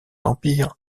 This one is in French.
empire